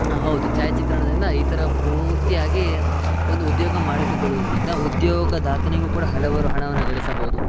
ಹೌದು ಛಾಯಾಚಿತ್ರಣದಿಂದ ಈ ಥರ ಪೂರ್ತಿಯಾಗಿ ಒಂದು ಉದ್ಯೋಗ ಮಾಡಿಸಿಕೊಳ್ಳುವುದರಿಂದ ಉದ್ಯೋಗದಾತನಿಗೂ ಕೂಡ ಹಲವಾರು ಹಣವನ್ನು ಗಳಿಸಬೋದು